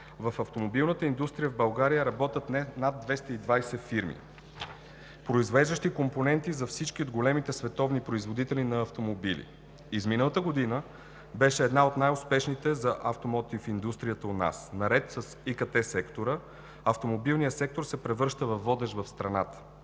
в автомобилната индустрия в България работят над 220 фирми, произвеждащи компоненти за всички големи световни производители на автомобили. Изминалата година беше една от най-успешните за авто-мото индустрията у нас и наред с ИКТ сектора автомобилният сектор се превръща във водещ в страната.